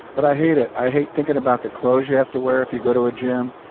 but i hate it. i hate thinking about the clothes you have to wear if you go to a gym.